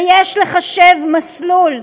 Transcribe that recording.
ויש לחשב מסלול.